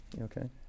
okay